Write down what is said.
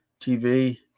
TV